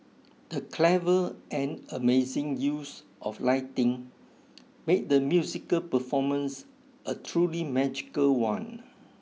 the clever and amazing use of lighting made the musical performance a truly magical one